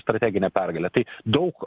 strateginę pergalę tai daug